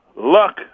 Luck